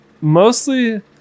mostly